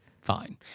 Fine